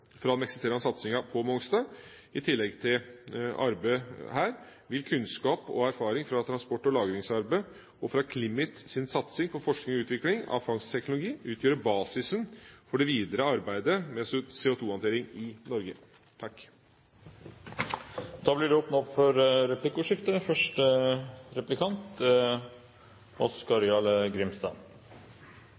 fra den eksisterende satsinga på Mongstad. I tillegg til arbeidet her vil kunnskap og erfaring fra transport- og lagringsarbeidet, og fra CLIMITs satsing på forskning og utvikling av fangstteknologi, utgjøre basisen for det videre arbeidet med CO2-håndtering i Norge. Det blir åpnet for replikkordskifte.